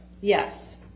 yes